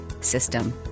system